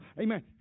amen